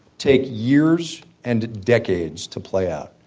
take years and decades to play out.